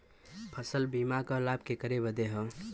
फसल बीमा क लाभ केकरे बदे ह?